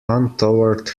untoward